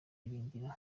ibingira